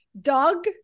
dog